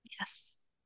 Yes